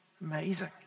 Amazing